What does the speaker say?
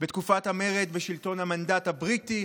בתקופת המרד בשלטון המנדט הבריטי,